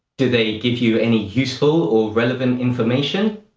do they give you any useful or relevant information?